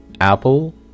Apple